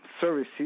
services